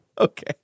Okay